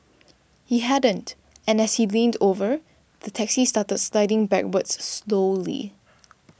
he hadn't and as he leaned over the taxi started sliding backwards slowly